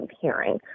hearing